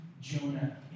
Jonah